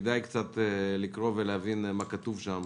כדאי קצת לקרוא ולהבין מה כתוב שם,